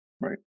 Right